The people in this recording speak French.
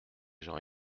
gens